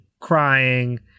crying